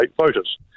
voters